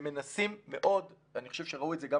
ומנסים מאוד ואני חושב שראו את זה גם